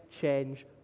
change